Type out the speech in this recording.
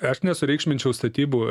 aš nesureikšminčiau statybų